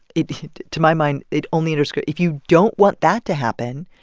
it to my mind, it only underscored if you don't want that to happen,